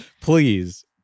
Please